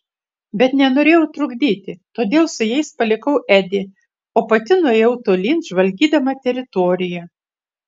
bet nenorėjau trukdyti todėl su jais palikau edį o pati nuėjau tolyn žvalgydama teritoriją